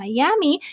Miami